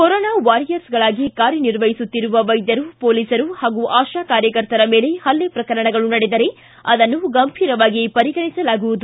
corona ವಾರಿಯರ್ಸ್ಗಳಾಗಿ ಕಾರ್ಯ ನಿರ್ವಹಿಸುತ್ತಿರುವ ವೈದ್ಯರು ಪೊಲೀಸರು ಪಾಗೂ ಆಶಾ ಕಾರ್ಯಕರ್ತರ ಮೇಲೆ ಪಲ್ಲೆ ಪ್ರಕರಣಗಳು ನಡೆದರೆ ಅದನ್ನು ಗಂಭೀರವಾಗಿ ಪರಿಗಣಿಸಲಾಗುವುದು